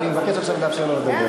אני מבקש עכשיו לאפשר לו לדבר.